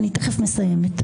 אני תכף מסיימת.